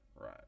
Right